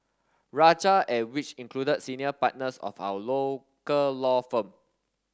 rajah and which included senior partners of our local law firm